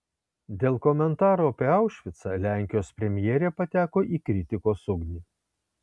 dėl komentarų apie aušvicą lenkijos premjerė pateko į kritikos ugnį